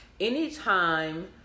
anytime